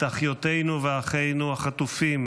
את אחיותינו ואחינו החטופים,